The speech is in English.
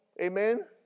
Amen